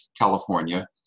California